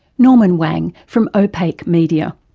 norman wang from opaque media.